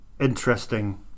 interesting